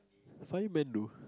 fireman though